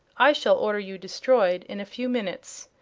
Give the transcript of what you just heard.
i shall order you destroyed in a few minutes,